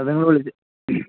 അതാണ് ഞങ്ങൾ വിളിച്ചത്